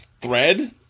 Thread